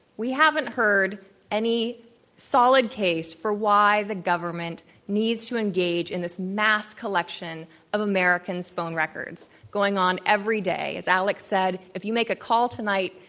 we haven't heard any solid case for why the government needs to engage in this mass collection of americans' phone rec ords, going on every day. as alex said, if you make a call tonight,